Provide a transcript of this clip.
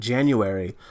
January